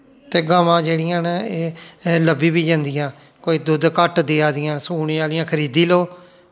ते गवां जेह्ड़ियां न एह् लब्भी बी जंदियां कोई दुद्ध घट्ट देआ दियां न सूने आह्लियां खरीदी लैओ